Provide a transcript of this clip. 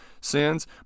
sins